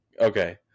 Okay